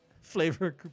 flavor